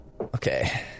Okay